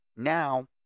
Now